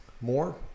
more